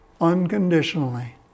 unconditionally